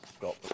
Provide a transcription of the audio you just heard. Got